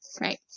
Right